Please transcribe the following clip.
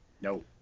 No